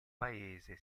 paese